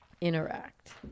Interact